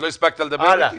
עוד לא הספקת לדבר, מיקי?